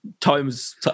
times